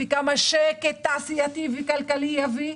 כמה שקט תעשייתי וכלכלי זה יביא,